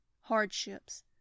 hardships